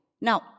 Now